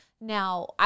Now